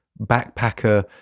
backpacker